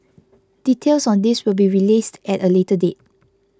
details on this will be released at a later date